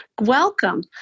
Welcome